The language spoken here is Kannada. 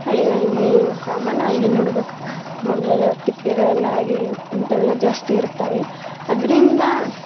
ಹಳ್ಳಿಗಳಲ್ಲಿ ಸಾಮಾನ್ಯವಾಗಿ ನೋಡ್ಬೇಕು ನೋಡ್ಬೋದು ತಿಪ್ಪೆಗಳಲ್ಲಾಗಲಿ ಇಂಥವೆಲ್ಲ ಜಾಸ್ತಿ ಇರುತ್ತವೆ ಅದರಿಂದ